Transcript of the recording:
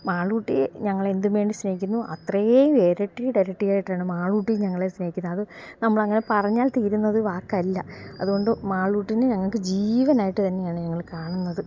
മാളൂട്ടിയെ ഞങ്ങളെ എന്തുമേല് സ്നേഹിക്കുന്നോ അത്രയും ഇരട്ടിയുടെ ഇരട്ടിയായിട്ടാണ് മാളൂട്ടി ഞങ്ങളെ സ്നേഹിക്കുന്നത് അത് നമ്മൾ അങ്ങനെ പറഞ്ഞാൽ തീരുന്നത് വാക്കല്ല അതുകൊണ്ട് മാളൂട്ടിനെ ഞങ്ങള്ക്ക് ജീവനായിട്ട് തന്നെയാണ് ഞങ്ങള് കാണുന്നത്